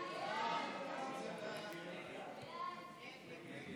סעיף 3, כהצעת הוועדה, נתקבל.